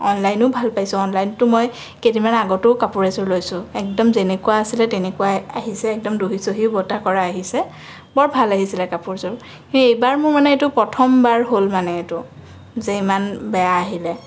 অনলাইনো ভাল পাইছোঁ অনলাইনতো মই কেইদিনমান আগতেও কাপোৰ এযোৰ লৈছোঁ একদম যেনেকুৱা আছিলে তেনেকুৱাই আহিছে একদম দহি চহি বটা কৰা আহিছে বৰ ভাল আহিছিলে কাপোৰযোৰ সেই এইবাৰ মোৰ মানে এইটো প্ৰথমবাৰ হ'ল মানে এইটো যে ইমান বেয়া আহিলে